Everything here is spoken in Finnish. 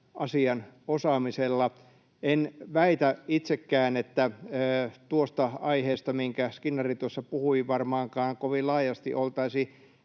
asian osaamisella. En väitä itsekään, että tuosta aiheesta, mistä Skinnari tuossa puhui, varmaankaan kovin laajasti oltaisi